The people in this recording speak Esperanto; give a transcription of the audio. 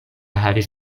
havis